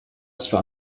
zwar